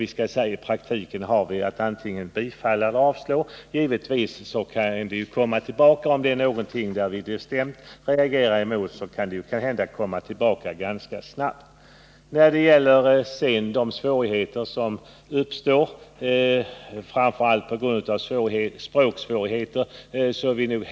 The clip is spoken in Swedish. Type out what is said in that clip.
I praktiken har vi att antingen bifalla eller avslå förslaget. Vi är helt medvetna om att det kan uppkomma betydande problem på grund av bl.a. språksvårigheter.